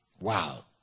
Wow